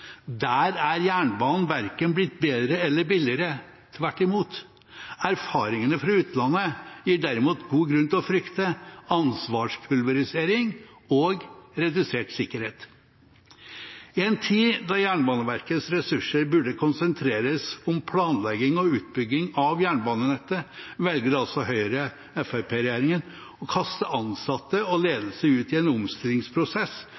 Der er jernbanen verken blitt bedre eller billigere – tvert imot. Erfaringene fra utlandet gir derimot god grunn til å frykte ansvarspulverisering og redusert sikkerhet. I en tid da Jernbaneverkets ressurser burde konsentreres om planlegging og utbygging av jernbanenettet, velger altså Høyre–Fremskrittsparti-regjeringen å kaste ansatte og